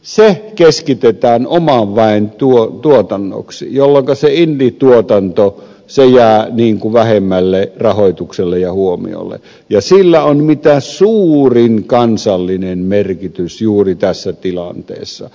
muu aineeton kulttuuripuoli keskitetään oman väen tuotannoksi jolloinka indie tuotanto jää vähemmälle rahoitukselle ja huomiolle ja sillä on mitä suurin kansallinen merkitys juuri tässä tilanteessa